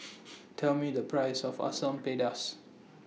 Tell Me The Price of Asam Pedas